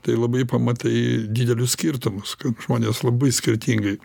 tai labai pamatai didelius skirtumus kad žmonės labai skirtingai